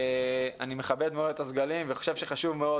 אני מכבד מאוד את הסגלים וחושב שחשוב מאוד